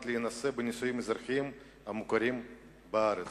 להינשא בנישואים אזרחיים המוכרים בארץ.